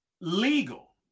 legal